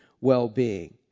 well-being